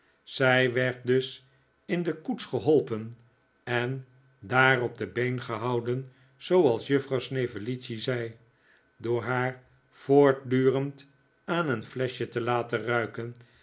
zij werd dus in de koets geholpen en daar op de been gehouden zooals juffrouw snevellicci zei door haar voortdurend aan een fleschje te laten ruiken